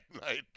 night